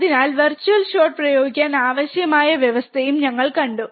അതിനാൽ virtual short പ്രയോഗിക്കാൻ ആവശ്യമായ വ്യവസ്ഥയും ഞങ്ങൾ കണ്ടു